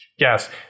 Yes